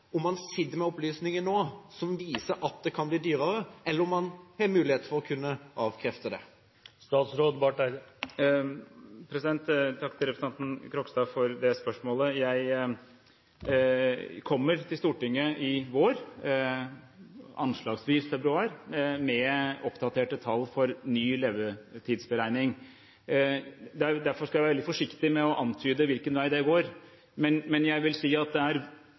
om han sitter med opplysninger nå som viser at det kan bli dyrere, eller om han har mulighet for å kunne avkrefte det. Jeg takker representanten Ropstad for det spørsmålet. Jeg kommer til Stortinget i vår, anslagsvis februar, med oppdaterte tall for ny levetidsberegning. Derfor skal jeg være litt forsiktig med å antyde hvilken vei det går. Men for å si det forsiktig, det er